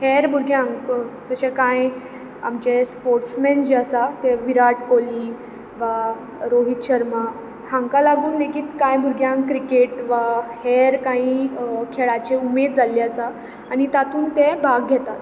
हेर भुरग्यांक जशें कांय आमचे स्पोर्ट्स मॅन जे आसा ते विराठ कोल्ही वा रोहीत शर्मा हांकां लागून लेगीत कांय भुरग्यांक क्रिकेट वा हेर कांय खेळाची उमेद जाल्ली आसा आनी तातूंत ते भाग घेतात